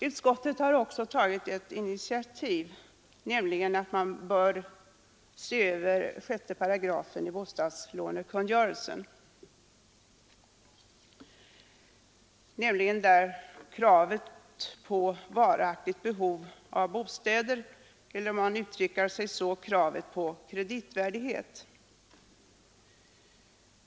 Utskottet har också tagit initiativ till översyn av 6 8 i bostadslånekungörelsen, där det ställs krav på varaktigt behov av bostad eller — om man vill uttrycka det på annat sätt — krav på kreditvärdighet.